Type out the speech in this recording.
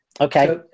Okay